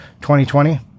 2020